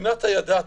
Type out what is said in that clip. בפינת "הידעת?":